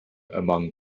among